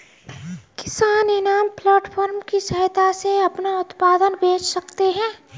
किसान इनाम प्लेटफार्म की सहायता से अपना उत्पाद बेच सकते है